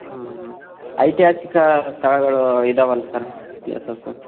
ಹಾಂ ಐತಿಹಾಸಿಕ ಸ್ಥಳಗಳು ಇದಾವಲ್ಲ ಸರ್ ಪ್ಲೇಸಸು